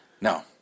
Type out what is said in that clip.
No